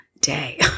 day